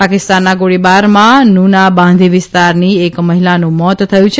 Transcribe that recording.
પાકિસ્તાનના ગોળીબારમાં નૂના બાંધી વિસ્તારની એક મહિલાનું મોત થયું છે